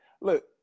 Look